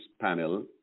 panel